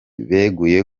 beguye